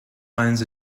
lines